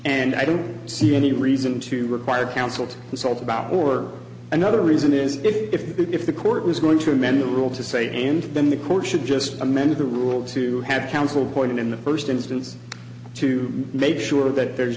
and i don't see any reason to require counsel to insult about or another reason is if if if the court was going to amend the rule to say and then the court should just amend the rule to have counsel point in the first instance to make sure that there's